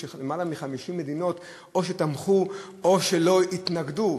כשיותר מ-50 מדינות או תמכו או לא התנגדו,